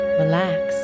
relax